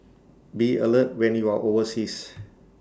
be alert when you are overseas